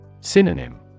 Synonym